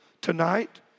Tonight